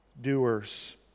doers